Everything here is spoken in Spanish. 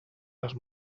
las